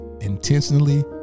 intentionally